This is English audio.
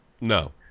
no